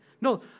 No